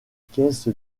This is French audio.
caisse